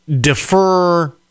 defer